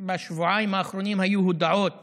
בשבועיים האחרונים היו הודעות